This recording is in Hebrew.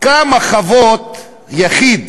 כמה חוות יחיד